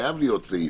חייב להיות סעיף.